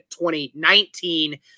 2019